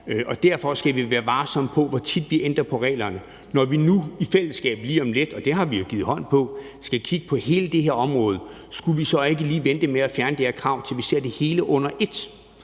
Derfor skal vi være varsomme med, hvor tit vi ændrer reglerne, når vi nu lige om lidt i fællesskab – og det har vi jo givet hånd på – skal kigge på hele det her område. Skulle vi så ikke lige vente med at fjerne det her krav til, at vi ser det hele under ét,